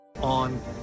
on